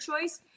choice